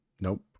Nope